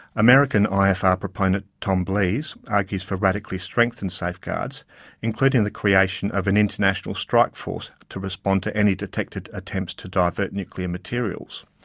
american ifr proponent tom blees argues for radically strengthened safeguards including the creation of an international strike-force to respond to any detected attempts to divert nuclear materials.